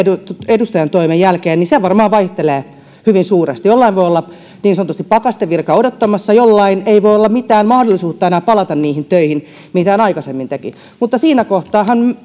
edustajantoimen jälkeen niin se varmaan vaihtelee hyvin suuresti jollain voi olla niin sanotusti pakastevirka odottamassa jollain ei voi olla mitään mahdollisuutta palata enää niihin töihin mitä hän aikaisemmin teki mutta siinä kohtaahan